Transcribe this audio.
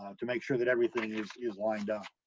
um to make sure that everything is, is lined up.